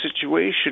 situation